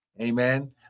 amen